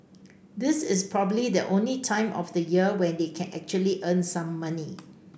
this is probably the only time of the year when they can actually earn some money